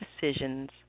decisions